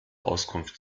auskunft